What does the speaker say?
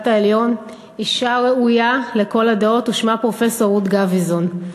העליון אישה ראויה לכל הדעות ושמה פרופסור רות גביזון.